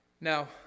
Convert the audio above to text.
Now